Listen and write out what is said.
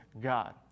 God